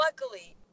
luckily